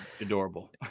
Adorable